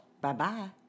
Bye-bye